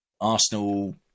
Arsenal